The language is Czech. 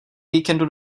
víkendu